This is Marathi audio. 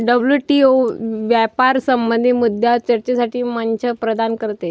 डब्ल्यू.टी.ओ व्यापार संबंधित मुद्द्यांवर चर्चेसाठी मंच प्रदान करते